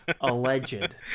alleged